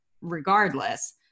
regardless